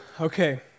okay